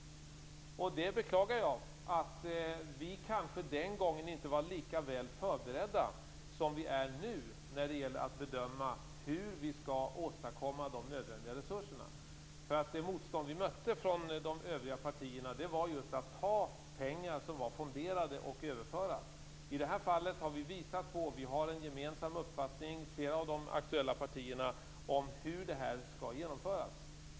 Jag beklagar att vi den gången kanske inte var lika väl förberedda som vi är nu när det gäller att bedöma hur vi skall åstadkomma de nödvändiga resurserna. Det motstånd som vi mötte från de övriga partierna var ju just mot att ta pengar som var fonderade för att överföra dem till vårdsektorn. I det här fallet har vi visat på att vi har en gemensam uppfattning med flera av de aktuella partierna om hur detta skall genomföras.